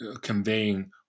conveying